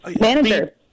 manager